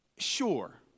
sure